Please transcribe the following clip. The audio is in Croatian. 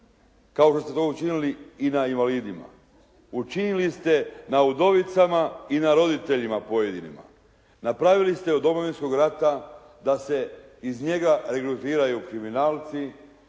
kao što ste to učinili i na invalidima. Učinili ste na udovicama i na roditeljima pojedinima. Napravili ste od Domovinskog rata da se iz njega regrutiraju kriminalci.